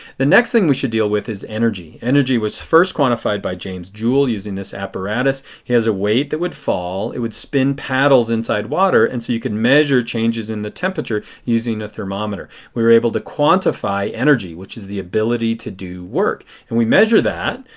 the next thing we should deal with is energy. energy was first quantified by james joule using this apparatus. it has a weight that would fall. it would spin paddles inside water and so you could measure changes in the temperature using a thermometer. we were able to quantify energy, which is the ability to do work. and we measure that,